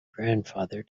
grandfather